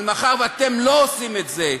אבל מאחר שאתם לא עושים את זה,